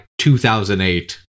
2008